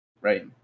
right